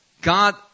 God